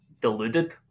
deluded